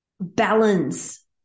balance